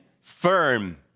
firm